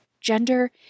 Gender